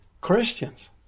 Christians